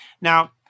Now